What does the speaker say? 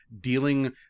dealing